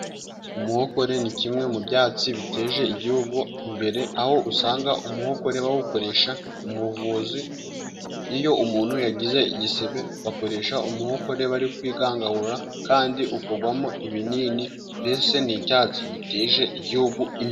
Umuhokore ni kimwe mu byatsi biteza igihugu imbere. Aho usanga bawukoresha mu buvuzi iyo umuntu yagize igisebe bakoresha umuhokore bari kwigangahura. Kandi ukorwamo ibinini mbese ni icyatsi giteza igihugu imbere.